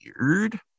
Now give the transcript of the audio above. Weird